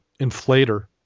inflator